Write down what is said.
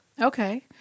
Okay